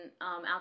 out